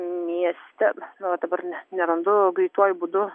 mieste vat dabar ne nerandu greituoju būdu